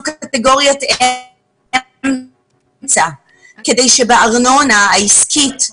קטגוריה באמצע כדי שבארנונה העסקית,